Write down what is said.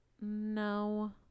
No